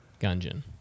Gungeon